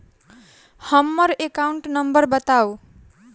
हम्मर account number बताऊ?